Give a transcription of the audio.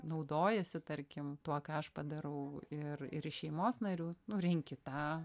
naudojasi tarkim tuo ką aš padarau ir ir iš šeimos narių nu renki tą